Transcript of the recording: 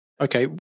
okay